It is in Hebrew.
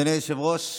אדוני היושב-ראש,